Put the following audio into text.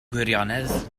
gwirionedd